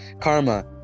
Karma